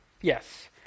Yes